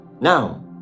now